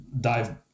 dive